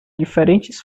diferentes